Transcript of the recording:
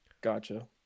gotcha